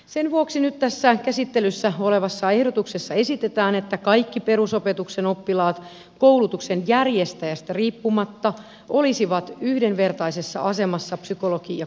sen vuoksi nyt tässä käsittelyssä olevassa ehdotuksessa esitetään että kaikki perusopetuksen oppilaat koulutuksen järjestäjästä riippumatta olisivat yhdenvertaisessa asemassa psykologi ja kuraattoripalveluiden suhteen